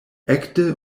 ekde